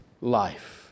life